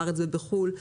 בארץ ובחו"ל.